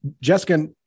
Jessica